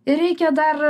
ir reikia dar